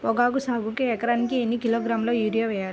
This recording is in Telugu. పొగాకు సాగుకు ఎకరానికి ఎన్ని కిలోగ్రాముల యూరియా వేయాలి?